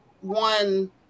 one